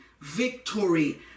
victory